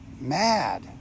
mad